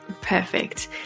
Perfect